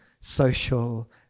social